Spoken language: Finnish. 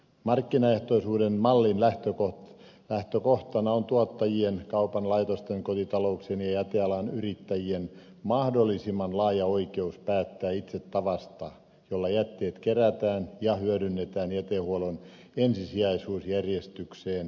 markkinaehtoisuuden mallin lähtökohtana on tuottajien kaupan laitosten kotitalouksien ja jätealan yrittäjien mahdollisimman laaja oikeus päättää itse tavasta jolla jätteet kerätään ja hyödynnetään jätehuollon ensisijaisuusjärjestykseen perustuen